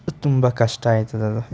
ತುಂಬ ಕಷ್ಟ ಆಗ್ತದದು